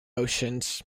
oceans